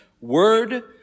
word